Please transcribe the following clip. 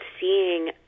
seeing